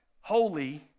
holy